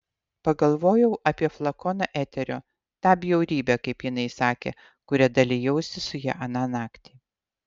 pagalvojau apie flakoną eterio tą bjaurybę kaip jinai sakė kuria dalijausi su ja aną naktį